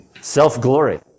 self-glory